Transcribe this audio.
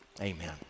Amen